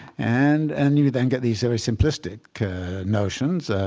and and you you then get these very simplistic notions.